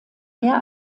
mehr